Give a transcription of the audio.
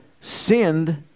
sinned